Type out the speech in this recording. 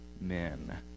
men